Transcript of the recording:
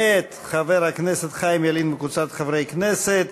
מאת חבר הכנסת חיים ילין וקבוצת חברי הכנסת,